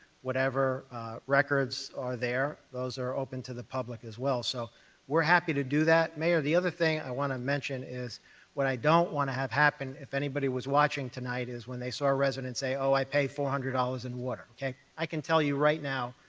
whatever records are there, those are open to the public as well, so we're happy to do that. mayor, the other thing i want to mention is what i don't want to have happen, if anybody was watching tonight, is when they saw a resident say, oh, i pay four hundred dollars in water, okay, i can tell you right now